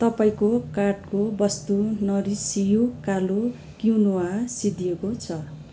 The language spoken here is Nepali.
तपाईँको कार्टको वस्तु नरिस यू कालो क्विनोआ सिद्धिएको छ